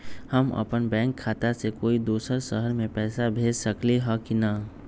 हम अपन बैंक खाता से कोई दोसर शहर में पैसा भेज सकली ह की न?